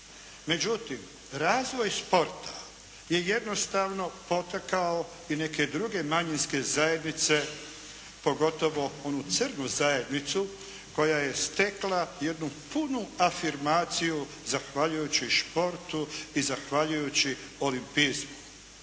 Međutim razvoj sporta je jednostavno potakao i neke druge manjinske zajednice pogotovo onu crnu zajednicu koja je stekla jednu punu afirmaciju zahvaljujući športu i zahvaljujući olimpizmu.